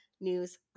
news